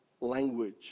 language